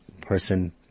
person